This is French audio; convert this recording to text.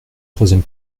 troisième